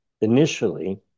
initially